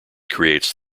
creates